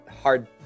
hard